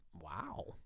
Wow